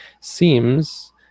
seems